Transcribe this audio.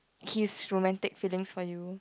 his romantic feelings for you